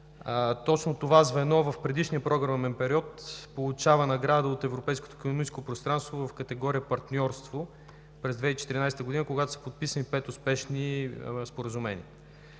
Точно това звено в предишния програмен период получава награда от Европейското икономическо пространство в категория „Партньорство“ през 2014 г., когато са подписани пет успешни споразумения.